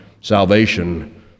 salvation